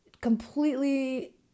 completely